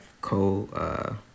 co